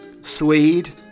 Swede